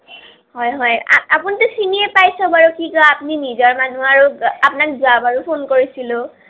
হয় হয় আপুনিটো চিনিয়ে পাই চবৰে কি কয় আৰু আপুনি নিজৰ মানুহ আৰু আপোনাক যোৱাবাৰো ফোন কৰিছিলোঁ